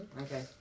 Okay